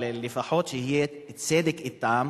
אבל לפחות שיהיה צדק אתם,